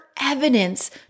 evidence